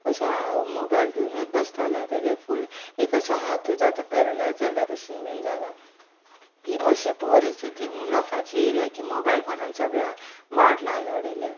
असो मोबायल घेवनूत बसताले तेगे फूल एक असो हातूच आतां पॅरलायज जाल्ल्या भशेन बीन जाला ही अशी परिस्थिती लोकांची येयल्या की मोबायल फोनान सगळ्या वाट लावन उडयल्यात